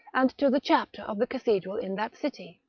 and to the chapter of the cathedral in that city.